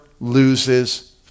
loses